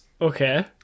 Okay